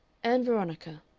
ann veronica,